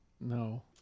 No